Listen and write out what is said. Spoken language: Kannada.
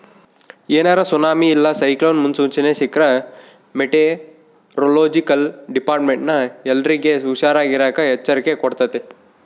ಏನಾರ ಸುನಾಮಿ ಇಲ್ಲ ಸೈಕ್ಲೋನ್ ಮುನ್ಸೂಚನೆ ಸಿಕ್ರ್ಕ ಮೆಟೆರೊಲೊಜಿಕಲ್ ಡಿಪಾರ್ಟ್ಮೆಂಟ್ನ ಎಲ್ಲರ್ಗೆ ಹುಷಾರಿರಾಕ ಎಚ್ಚರಿಕೆ ಕೊಡ್ತತೆ